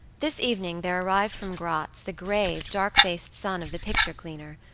this evening there arrived from gratz the grave, dark-faced son of the picture cleaner,